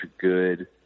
good